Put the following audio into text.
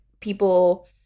people